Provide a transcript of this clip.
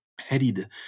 headed